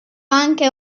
anche